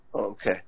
Okay